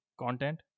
content